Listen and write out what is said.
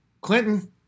Clinton